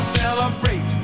celebrate